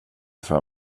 för